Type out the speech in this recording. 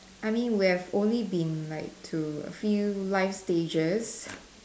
I mean we have only been like to a few life stages